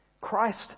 Christ